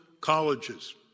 colleges